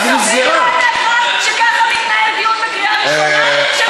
זה סביר בעיניך שככה מתנהל דיון בקריאה ראשונה?